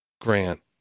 grant